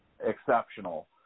Exceptional